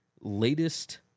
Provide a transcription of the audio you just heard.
latest